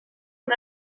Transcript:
con